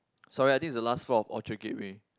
sorry I think is the last floor of Orchard-Gateway